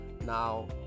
Now